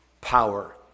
power